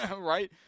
Right